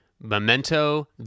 Memento